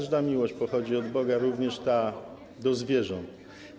Każda miłość pochodzi od Boga, również ta do zwierząt.